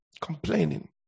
complaining